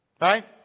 Right